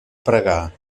pregar